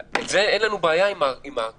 אין לנו בעיה עם ההגבלות,